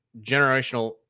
generational